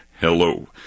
Hello